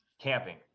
Camping